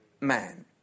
man